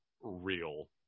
real